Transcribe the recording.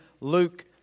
Luke